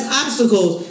obstacles